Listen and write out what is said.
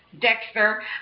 Dexter